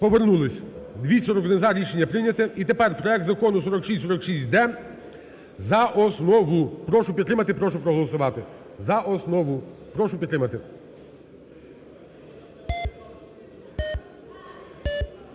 Повернулись. 241 – за. Рішення прийнято. І тепер проект Закону 4646-д за основу. Прошу підтримати. Прошу проголосувати за основу. Прошу підтримати.